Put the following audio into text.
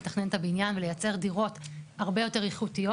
לתכנן את הבניין ולייצר דירות הרבה יותר איכותיות,